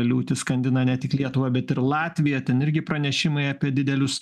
liūtys skandina ne tik lietuvą bet ir latviją ten irgi pranešimai apie didelius